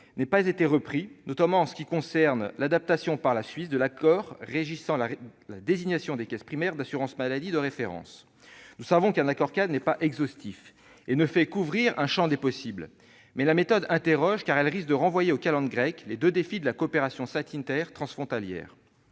n'ait pas été reprise, notamment en ce qui concerne l'adaptation par la Suisse de l'accord régissant la désignation des caisses primaires d'assurance maladie de référence. Nous savons qu'un accord-cadre n'est pas exhaustif ; il ne fait qu'ouvrir un champ des possibles. Toutefois, la méthode interroge, car elle risque de renvoyer aux calendes grecques les deux défis de la coopération sanitaire transfrontalière.